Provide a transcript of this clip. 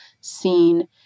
seen